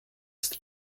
ist